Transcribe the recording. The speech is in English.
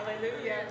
Hallelujah